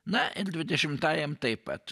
na ir dvidešimtajam taip pat